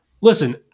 listen